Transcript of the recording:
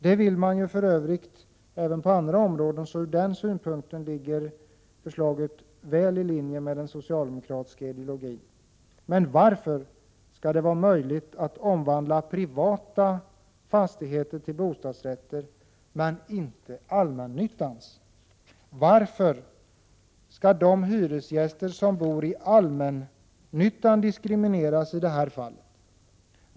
Det vill man ju för övrigt även på andra områden, så ur den synpunkten ligger förslaget väl i linje med den socialdemokratiska ideologin. Men varför skall det vara möjligt att omvandla privata fastigheter till bostadsrätter men inte allmännyttans? Varför skall de hyresgäster som bor i allmännyttan diskrimineras i det fallet?